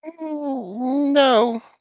No